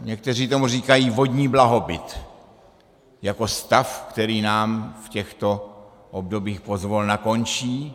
Někteří tomu říkají vodní blahobyt, jako stav, který nám v těchto obdobích pozvolna končí.